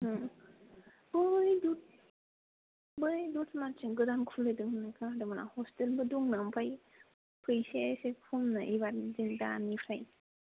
बै दत बै दतमाथिं गोदान खुलिदों होन्नाय खोनादोंमोन आं हस्टेलबो दंनो आमफाय फैसाया एसे खमनो ऐबारनिफ्राय दानिफ्राय